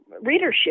readership